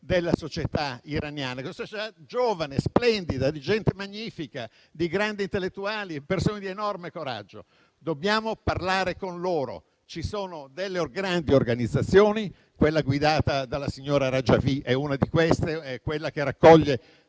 della società iraniana: una società giovane, splendida, di gente magnifica, di grandi intellettuali, di persone di enorme coraggio. Dobbiamo parlare con loro; ci sono grandi organizzazioni: quella guidata dalla signora Rajavi è una di queste; è quella che raccoglie